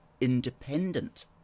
independent